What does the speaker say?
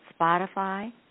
Spotify